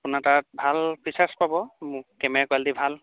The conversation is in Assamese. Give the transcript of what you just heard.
আপোনাৰ তাত ভাল ফিচাৰ্চ পাব মোক কেমেৰা কোৱালিটি ভাল